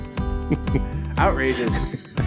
outrageous